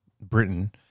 Britain